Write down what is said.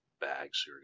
bags